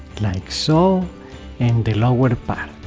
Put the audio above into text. like so and the lower part.